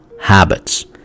habits